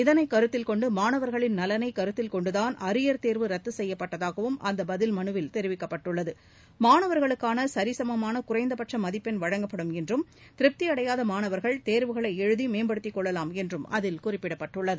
இதனைக் கருத்தில் கொண்டு மாணவர்களின் நலனை கருத்தில் கொண்டுதான் அரியர் தேர்வு ரத்து செய்யப்பட்டதாகவும் அந்த பதில் மனுவில் தெரிவிக்கப்பட்டுள்ளது மாணவர்களுக்கான சி சமமான குறைந்தபட்ச மதிப்பெண் வழங்கப்படும் என்றும் திருப்தியடையாத மாணவா்கள் தேவுகளை எழுதி மேம்படுத்திக் னெள்ளலாம் என்றும் அதில் குறிப்பிடப்பட்டுள்ளது